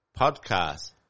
podcast